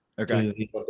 Okay